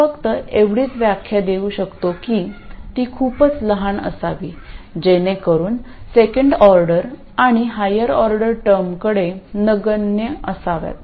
मी फक्त एवढीच व्याख्या देऊ शकतो की ती खूपच लहान असावी जेणेकरून सेकंड ऑर्डर आणि हायर ऑर्डर टर्मनगण्य असाव्यात